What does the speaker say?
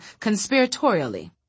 conspiratorially